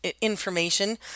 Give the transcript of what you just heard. information